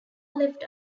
left